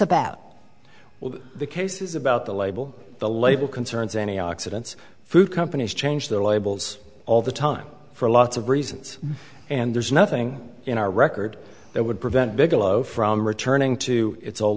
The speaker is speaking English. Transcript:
well the case is about the label the label concerns any accidents food companies change their labels all the time for lots of reasons and there's nothing in our record that would prevent bigelow from returning to it's all